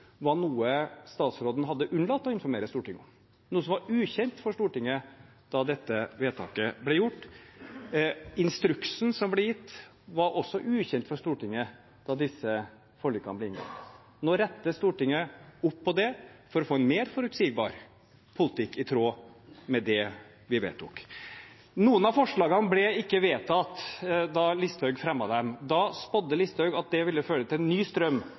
var noe statsråden hadde unnlatt å informere Stortinget om, noe som var ukjent for Stortinget da dette vedtaket ble gjort. Instruksen som ble gitt, var også ukjent for Stortinget da disse forlikene ble inngått. Nå retter Stortinget dette opp for å få en mer forutsigbar politikk i tråd med det vi vedtok. Noen av forslagene ble ikke vedtatt da Listhaug fremmet dem. Da spådde Listhaug at det ville føre til en ny strøm